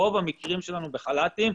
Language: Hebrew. רוב המקרים שלנו בחלת"ים,